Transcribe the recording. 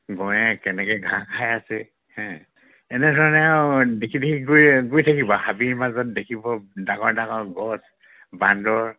গঁড়ে কেনেকৈ ঘাঁহ খাই আছে হে এনেধৰণে আৰু দেখি দেখি গৈ গৈ থাকিব হাবিৰ মাজত দেখিব ডাঙৰ ডাঙৰ গছ বান্দৰ